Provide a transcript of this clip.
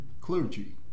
clergy